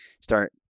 start